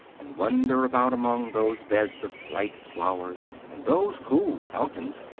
and wander about among those beds of bright flowers and those cool fountains,